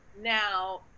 now